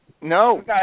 No